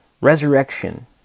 resurrection